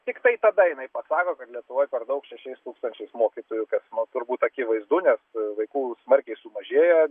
tiktai tada jinai pasako kad lietuvoj per daug šešiais tūkstančiais mokytojų kas nu turbūt akivaizdu nes vaikų smarkiai sumažėjo